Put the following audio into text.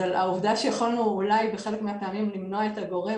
אז העובדה שיכולנו אולי בחלק מהפעמים למנוע את הגורם,